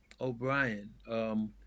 O'Brien